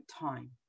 time